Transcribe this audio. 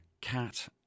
Cat